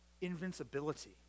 invincibility